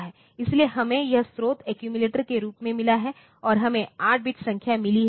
इसलिए हमें यह स्रोत एक्यूमिलेटर के रूप में मिला है और हमें 8 बिट संख्या मिली है